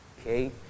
Okay